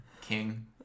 king